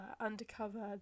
undercover